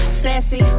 sassy